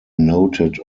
noted